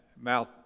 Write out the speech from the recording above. mouth